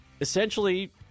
Essentially